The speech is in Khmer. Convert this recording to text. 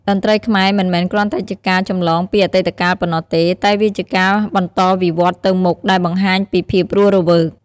តន្ត្រីខ្មែរមិនមែនគ្រាន់តែជាការចម្លងពីអតីតកាលប៉ុណ្ណោះទេ តែវាជាការបន្តវិវឌ្ឍន៍ទៅមុខ ដែលបង្ហាញពីភាពរស់រវើក។